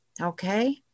Okay